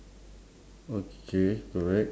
okay correct